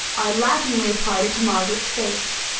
i laughingly applied it to margaret's face.